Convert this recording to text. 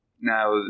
now